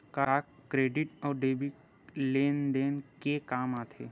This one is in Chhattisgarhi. का क्रेडिट अउ डेबिट लेन देन के काम आथे?